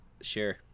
Sure